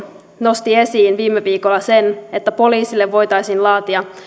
nosti esiin viime viikolla sen että poliisille voitaisiin laatia